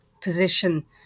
position